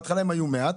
בהתחלה הם היו מעט.